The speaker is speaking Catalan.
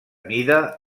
mida